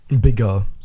bigger